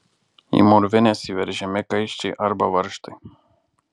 į mūrvines įveržiami kaiščiai arba varžtai